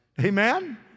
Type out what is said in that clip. Amen